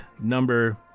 number